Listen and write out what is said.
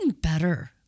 better